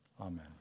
Amen